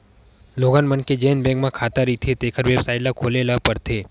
लोगन मन के जेन बैंक म खाता रहिथें तेखर बेबसाइट ल खोले ल परथे